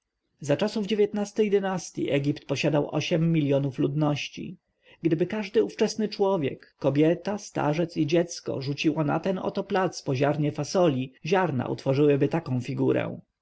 za czasów dziewiętnasty egipt posiadał osiem miljonów ludności gdyby każdy ówczesny człowiek kobieta starzec i dziecko rzuciło na ten oto plac po ziarnie fasoli ziarna utworzyłyby taką figurę